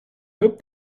hoped